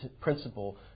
principle